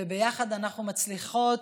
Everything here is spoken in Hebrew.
ביחד אנחנו מצליחות